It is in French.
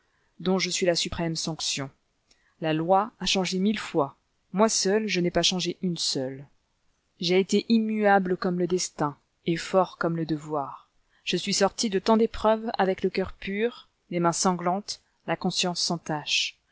dont je suis la suprême sanction la loi a changé mille fois moi seul je n'ai pas changé une seule j'ai été immuable comme le destin et fort comme le devoir je suis sorti de tant d'épreuves avec le coeur pur les mains sanglantes la conscience sans tache